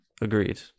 Agreed